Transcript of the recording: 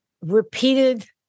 repeated